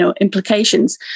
implications